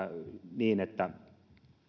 niin että